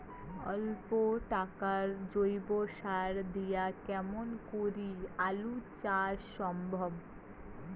অল্প টাকার জৈব সার দিয়া কেমন করি আলু চাষ সম্ভব?